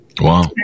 Wow